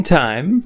time